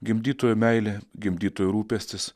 gimdytojų meilė gimdytojų rūpestis